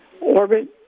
Orbit